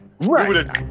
Right